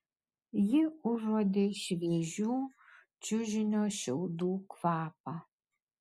ji užuodė šviežių čiužinio šiaudų kvapą